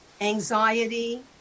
anxiety